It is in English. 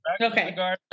Okay